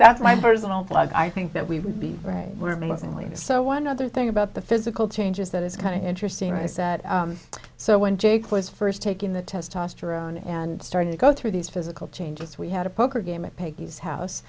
blog i think that we would be right we're missing leaves so one other thing about the physical changes that is kind of interesting i said so when jake was first taking the testosterone and starting to go through these physical changes we had a poker game at peggy's house